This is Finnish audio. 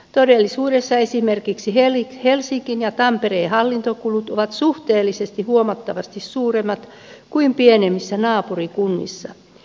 todellisuudessa esimerkiksi helsingin ja tampereen hallintokulut ovat suhteellisesti huomattavasti suuremmat kuin pienemmissä naapurikunnissa